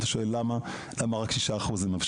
אתה שואל למה רק 6% ---?